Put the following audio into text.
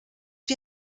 wie